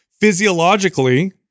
Physiologically